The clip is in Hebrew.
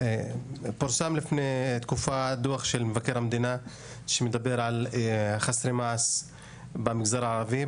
פורסם לפני תקופה דו"ח של מבקר המדינה שמדבר על חסרי מעש במגזר הערבי,